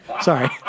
Sorry